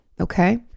Okay